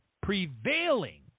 prevailing